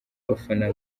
abafana